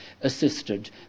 assisted